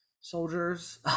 soldiers